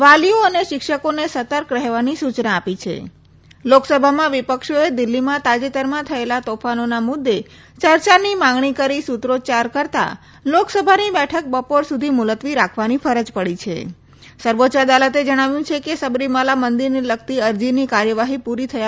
વાલીઓ અને શિક્ષકોને સતર્ક રહેવાની સૂચના આપી છે લોકસભામાં વિપક્ષોએ દિલ્હીમાં તાજેતરમાં થયેલા તોફાનોના મુદ્દે ચર્ચાની માંગણી કરી સૂત્રોચ્યાર કરતાં લોકસભાની બેઠક બપોર સુધી મુલતવી રાખવાની ફરજ પડી છે સર્વોચ્ય અદાલતે જણાવ્યું છે કે સબરીમાલા મંદીરને લગતી અરજીની કાર્યવાહી પૂરી થયા